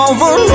Over